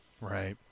Right